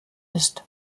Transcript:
ist